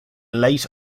late